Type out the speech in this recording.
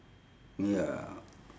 ya